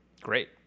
Great